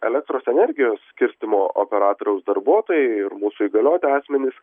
elektros energijos skirstymo operatoriaus darbuotojai ir mūsų įgalioti asmenys